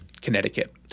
Connecticut